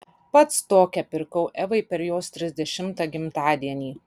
pats tokią pirkau evai per jos trisdešimtą gimtadienį